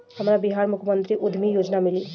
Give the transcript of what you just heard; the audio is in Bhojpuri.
हमरा बिहार मुख्यमंत्री उद्यमी योजना मिली?